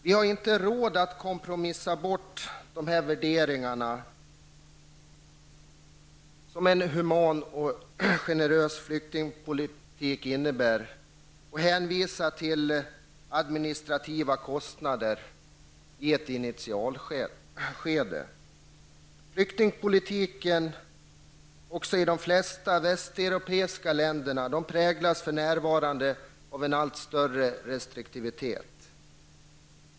Vi har inte råd att kompromissa bort de värderingar som en human och generös flyktingpolitik innebär och hänvisa till administrativa kostnader i ett initialskede. Flyktingpolitiken i de flesta västeuropeiska länder präglas för närvarande av allt större restriktivitet.